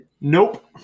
Nope